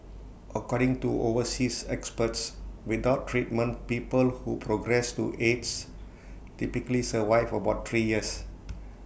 according to overseas experts without treatment people who progress to aids typically survive about three years